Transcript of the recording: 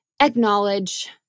acknowledge